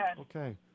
Okay